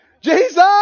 Jesus